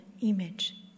image